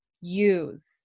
use